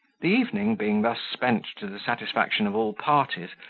the evening being thus spent to the satisfaction of all parties,